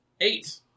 Eight